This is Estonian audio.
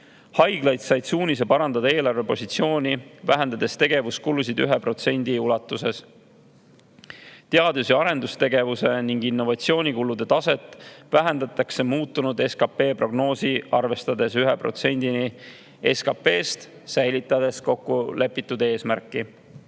Haiglad said suunise parandada eelarvepositsiooni, vähendades tegevuskulusid 1% ulatuses. Teadus- ja arendustegevuse ning innovatsioonikulude taset vähendatakse muutunud SKP prognoosi arvestades 1%-ni SKP-st, säilitades kokkulepitud eesmärki.